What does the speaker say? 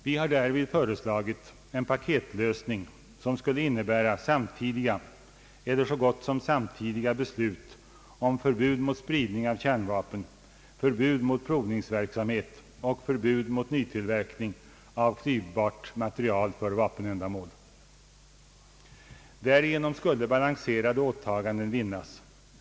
Vi har därvid föreslagit en paketlösning som skulle innebära samtidiga eller så gott som samtidiga beslut om förbud mot spridning av kärnvapen, förbud mot provningsverksamhet och förbud mot nytillverkning av klyvbart material för bombändamål. Därigenom skulle balanserade åtaganden vinnas.